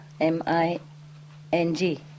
M-I-N-G